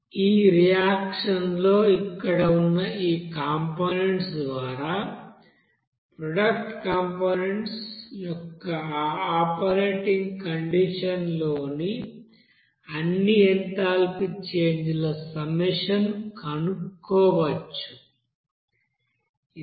ఈ రియాక్షన్ లో ఇక్కడ ఉన్న ఈ కంపొనెంట్స్ ద్వారా ప్రోడక్ట్ కంపొనెంట్స్ యొక్క ఆ ఆపరేటింగ్ కండిషన్లోని అన్ని ఎంథాల్పీ చేంజ్ ల సమ్మషన్ కనుక్కోవచ్చు